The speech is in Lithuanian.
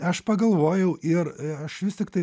aš pagalvojau ir aš vis tiktai